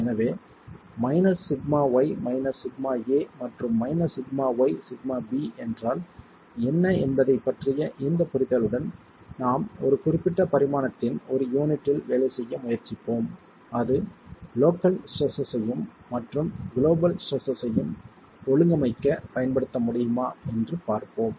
எனவே σy σa மற்றும் σy σb என்றால் என்ன என்பதைப் பற்றிய இந்த புரிதலுடன் நாம் ஒரு குறிப்பிட்ட பரிமாணத்தின் ஒரு யூனிட்டில் வேலை செய்ய முயற்சிப்போம் அது லோக்கல் ஸ்ட்ரெஸ்ஸஸ்ஸையும் மற்றும் குளோபல் ஸ்ட்ரெஸ்ஸஸ்ஸையும் ஒழுங்கமைக்க பயன்படுத்த முடியுமா என்று பார்ப்போம்